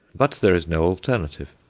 but there is no alternative.